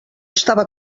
estava